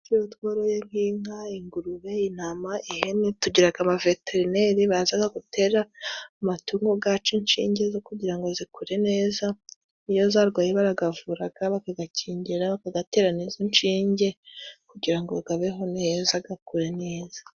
Iyo tworoye nk'inka, ingurube, intama, ihene, tugira abaveterineri baza gutera amatungo yacu inshinge zo kugira ngo zikure neza, iyo yarwaye barayavura, bakayakingira, bayatera izo nshinge, kugira ngo abeho neza, akure neza.